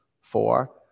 four